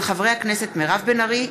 של חברי הכנסת מירב בן ארי,